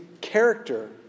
character